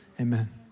Amen